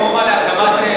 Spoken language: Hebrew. הרפורמה להקמת פרגולות.